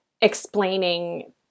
explaining